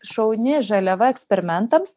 šauni žaliava eksperimentams